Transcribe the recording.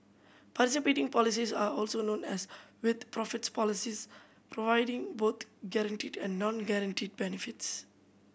participating policies are also known as with profits policies providing both guaranteed and non guaranteed benefits